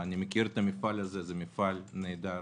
אני מכיר את המפעל הזה, הוא מפעל נהדר.